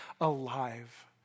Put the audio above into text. alive